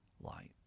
light